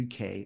UK